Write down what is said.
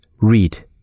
read